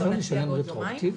שגית, אפשר לשלם רטרואקטיבי?